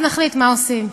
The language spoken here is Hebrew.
ואז נחליט מה עושים.